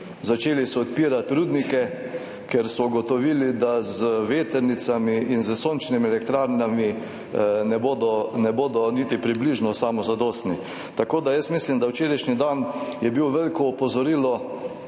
začeli so odpirati rudnike, ker so ugotovili, da z vetrnicami in s sončnimi elektrarnami ne bodo niti približno samozadostni. Tako da jaz mislim, da je bil včerajšnji dan veliko opozorilo